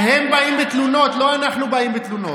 הם באים בתלונות, לא אנחנו באים בתלונות.